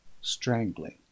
strangling